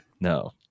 No